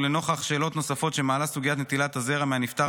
ולנוכח שאלות נוספות שמעלה סוגיית נטילת הזרע מהנפטר,